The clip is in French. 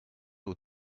aux